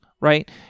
right